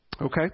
Okay